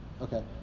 Okay